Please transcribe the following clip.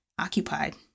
occupied